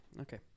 okay